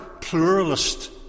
pluralist